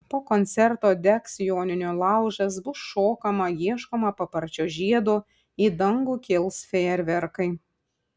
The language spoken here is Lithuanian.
po koncerto degs joninių laužas bus šokama ieškoma paparčio žiedo į dangų kils fejerverkai